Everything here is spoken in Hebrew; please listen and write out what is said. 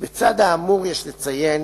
"בצד האמור יש לציין